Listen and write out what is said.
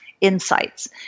Insights